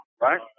right